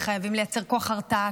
וחייבים לייצר כוח הרתעה,